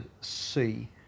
see